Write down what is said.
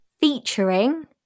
Featuring